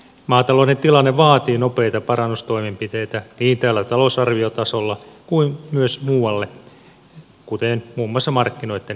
maatalouden tilanne vaatii nopeita parannustoimenpiteitä niin talousarviotasolla kuin myös muualla kuten muun muassa markkinoitten toimivuuteen